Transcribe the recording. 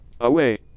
Away